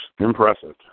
Impressive